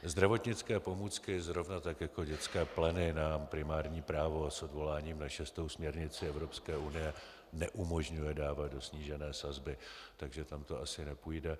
Zdravotnické pomůcky zrovna tak jako dětské pleny nám primární právo s odvoláním na 6. směrnici Evropské unie neumožňuje dávat do snížené sazby, takže tam to asi nepůjde.